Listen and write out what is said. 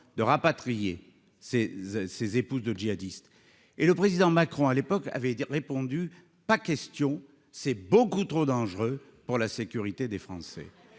de rapatrier ses ses épouses de jihadistes et le président Macron à l'époque avait répondu : pas question, c'est beaucoup trop dangereux pour la sécurité des Français